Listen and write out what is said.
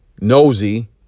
nosy